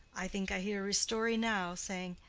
i think i hear ristori now, saying,